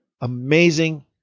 amazing